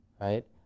right